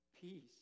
peace